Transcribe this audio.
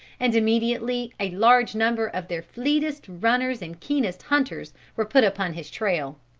and immediately a large number of their fleetest runners and keenest hunters were put upon his trail.